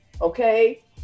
okay